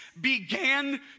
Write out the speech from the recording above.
began